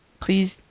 Please